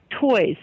toys